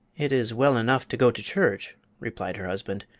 it is well enough to go to church, replied her husband,